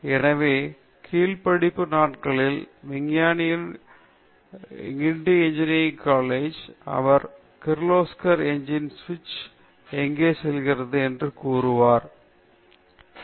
எனவே என் கீழ் பட்டப்படிப்பு நாட்களில் விஞ்ஞானியான கின்டி பொறியியல் கல்லூரியில் அவர் கிர்லோஸ்கர் இயந்திரம் சுவிட்ச் எங்கே செல்கிறார் என்று கூறுவார் தூக்கி எறிந்தவர் யார் என்று கண்டுபிடிப்பார்